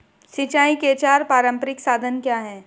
सिंचाई के चार पारंपरिक साधन क्या हैं?